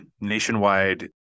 nationwide